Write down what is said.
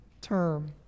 term